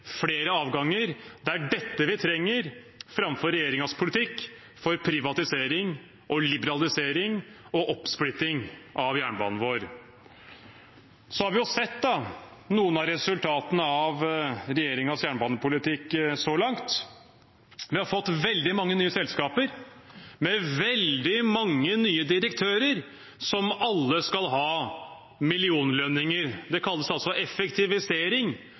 flere avganger. Det er dette vi trenger, framfor regjeringens politikk for privatisering og liberalisering og oppsplitting av jernbanen vår. Vi har sett noen av resultatene av regjeringens jernbanepolitikk så langt. Vi har fått veldig mange nye selskaper med veldig mange nye direktører, som alle skal ha millionlønninger – det kalles altså effektivisering